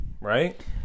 right